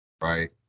Right